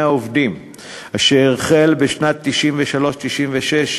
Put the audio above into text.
העובדים אשר החל בשנים 1993 1996,